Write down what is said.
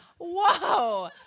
Whoa